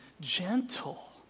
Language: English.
gentle